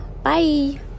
Bye